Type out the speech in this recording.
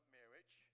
marriage